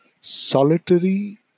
Solitary